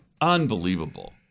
Unbelievable